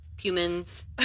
humans